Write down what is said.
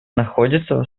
находится